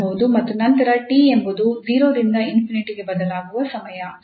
ಮತ್ತು ನಂತರ 𝑡 ಎಂಬುದು 0 ರಿಂದ ∞ ಗೆ ಬದಲಾಗುವ ಸಮಯ